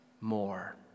more